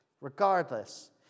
Regardless